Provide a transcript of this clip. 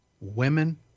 women